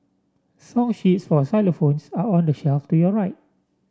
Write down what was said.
song sheets for xylophones are on the shelf to your right